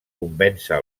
convèncer